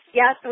yes